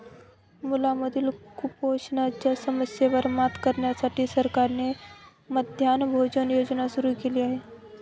मुलांमधील कुपोषणाच्या समस्येवर मात करण्यासाठी सरकारने मध्यान्ह भोजन योजना सुरू केली आहे